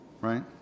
right